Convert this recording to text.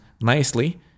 nicely